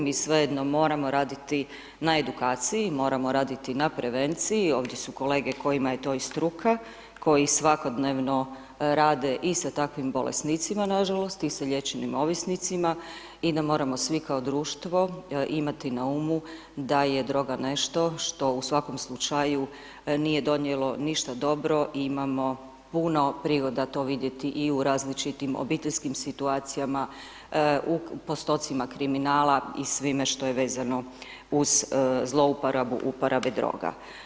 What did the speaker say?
Mi svejedno moramo raditi na edukaciji, moramo raditi na prevenciji, ovdje su kolege kojima je to i struka, koji svakodnevno rade i sa takvim bolesnicima nažalost i sa liječenim ovisnicima i da moramo svi kao društvo imati na umu da je droga nešto što u svakom slučaju nije donijelo ništa dobro, imamo puno prigoda to vidjeti i u različitim obiteljskim situacijama, u postocima kriminala i svime što je vezano uz zlouporabu uporabe droga.